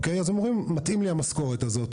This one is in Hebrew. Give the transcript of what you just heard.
אז הם אומרים: מתאימה לי המשכורת הזאת,